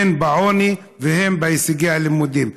הן בעוני והן בהישגים בלימודים.